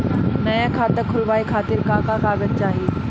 नया खाता खुलवाए खातिर का का कागज चाहीं?